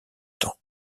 temps